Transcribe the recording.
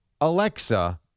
Alexa